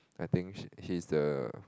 I think she he's the